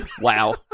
wow